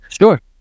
sure